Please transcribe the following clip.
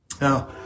Now